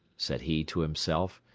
said he to himself,